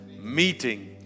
meeting